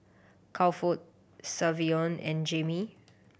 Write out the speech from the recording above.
Crawford Savion and Jamie